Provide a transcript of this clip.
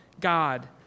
God